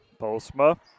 Postma